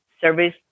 service